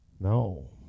No